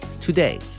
Today